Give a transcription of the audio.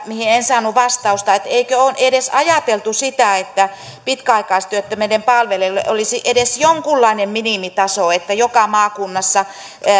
mihin en saanut vastausta että eikö ole edes ajateltu sitä että pitkäaikaistyöttömien palveluille olisi edes jonkunlainen minimitaso että joka maakunnassa